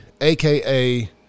aka